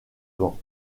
banc